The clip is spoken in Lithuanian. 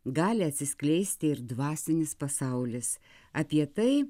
gali atsiskleisti ir dvasinis pasaulis apie tai